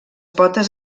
potes